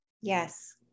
Yes